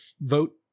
vote